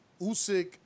Usyk